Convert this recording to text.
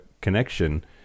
connection